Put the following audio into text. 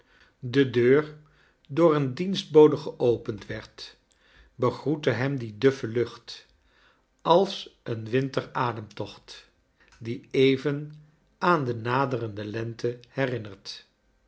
de deur door een dienstbode geopend werd begroette hem die duffe lucht als een winter ademtocht die even aan de naderende lente herinnert